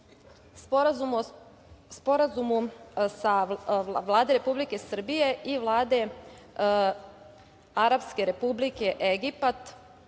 Sporazumu Vlade Republike Srbije i Vlade Arapske Republike Egipat